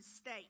state